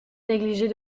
négligeait